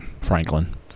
Franklin